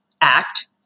Act